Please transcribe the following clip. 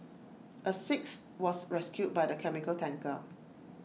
A sixth was rescued by the chemical tanker